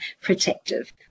protective